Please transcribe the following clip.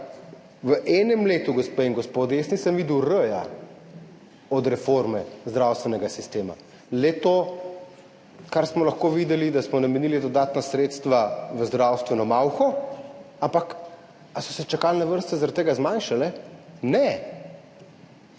v enem letu, gospe in gospodje, jaz nisem videl r-ja od reforme zdravstvenega sistema. To, kar smo lahko videli, je le, da smo namenili dodatna sredstva v zdravstveno malho, ampak ali so se čakalne vrste zaradi tega zmanjšale? Ne!